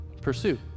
pursue